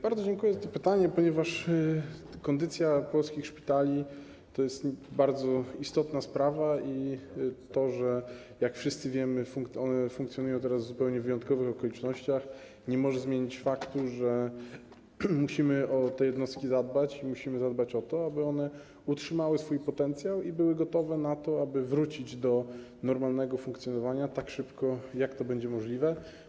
Bardzo dziękuję za to pytanie, ponieważ kondycja polskich szpitali to jest bardzo istotna sprawa i to, że, jak wszyscy wiemy, one funkcjonują teraz w zupełnie wyjątkowych okolicznościach, nie może zmienić faktu, że musimy o te jednostki zadbać i musimy zadbać o to, aby one utrzymały swój potencjał i były gotowe na to, by wrócić do normalnego funkcjonowania tak szybko, jak to będzie możliwe.